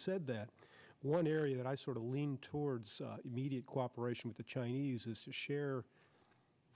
said that one area that i sort of lean towards media cooperation with the chinese is to share